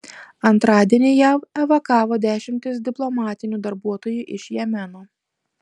antradienį jav evakavo dešimtis diplomatinių darbuotojų iš jemeno